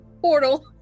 portal